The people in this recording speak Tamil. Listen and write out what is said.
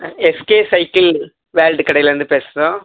எஸ்கே சைக்கிள் வேர்ல்ட் கடைலிருந்து பேசுகிறோம்